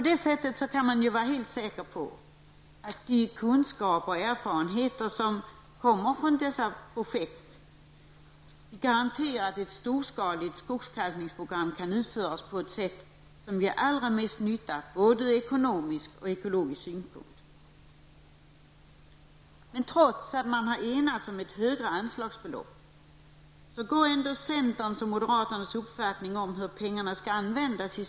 Därmed kan man vara helt säker på att de kunskaper och erfarenheter som kommer från dessa projekt garanterar att ett storskaligt skogskalkningsprogram kan utföras på ett sätt som är till största nytta ur ekonomisk och ekologisk synpunkt. Trots att man har enats om ett högre anslagsbelopp går centerns och moderaternas uppfattningar om hur pengarna skall användas isär.